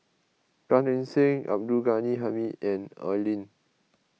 Gan Eng Seng Abdul Ghani Hamid and Oi Lin